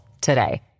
today